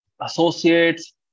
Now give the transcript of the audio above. associates